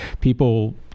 people